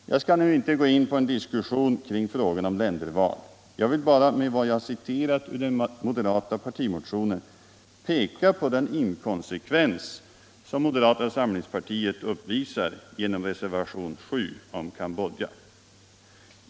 Jag skall nu inte gå in i en diskussion kring frågan om länderval. Jag vill bara, med vad jag citerat ur den moderata partimotionen, peka på den inkonsekvens som moderata samlingspartiet uppvisar genom reservationen 7 om Cambodja.